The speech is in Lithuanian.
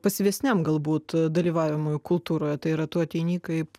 pasyvesniam galbūt dalyvavimui kultūroje tai yra tu ateini kaip